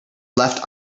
left